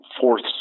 fourth